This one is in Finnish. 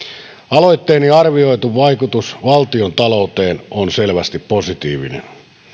aloitteeni arvioitu vaikutus valtiontalouteen on selvästi positiivinen